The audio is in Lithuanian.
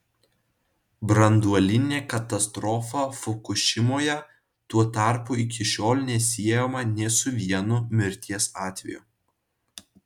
branduolinė katastrofa fukušimoje tuo tarpu iki šiol nesiejama nė su vienu mirties atveju